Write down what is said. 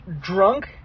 drunk